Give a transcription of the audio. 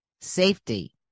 safety